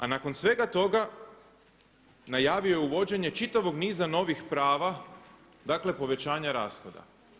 A nakon svega toga najavio je uvođenje čitavog niza novih prava, dakle povećanja rashoda.